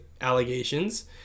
allegations